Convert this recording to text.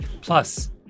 Plus